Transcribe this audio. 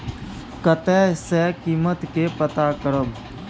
कतय सॅ कीमत के पता करब?